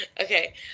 Okay